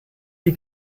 die